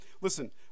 listen